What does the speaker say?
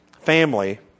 family